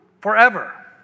Forever